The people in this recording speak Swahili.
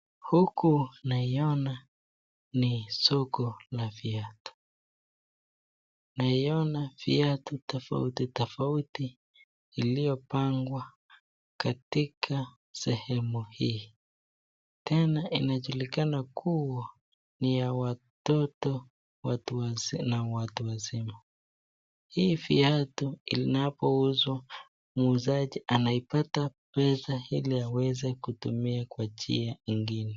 Huku naiona ni ya soko na viatu. Naiona viatu tofauti tofauti iliyopangwa katika sehemu hii. Tena inajulikana kuwa ni ya watoto watu wazi...na watu wazima. Hii viatu inapouzwa mwuzaji anapata pesa ili aweze kutumia kwa njia ingine.